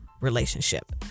relationship